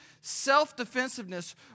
self-defensiveness